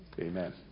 amen